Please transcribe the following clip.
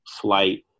flight